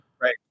Right